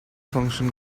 function